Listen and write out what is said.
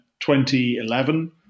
2011